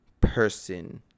person